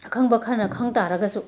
ꯑꯈꯪꯕ ꯈꯔꯅ ꯈꯪꯕ ꯇꯥꯔꯒꯁꯨ